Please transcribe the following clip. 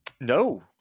No